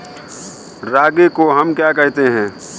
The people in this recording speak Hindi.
रागी को हम क्या कहते हैं?